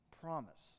promise